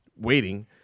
waiting